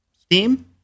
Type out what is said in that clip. Steam